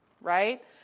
right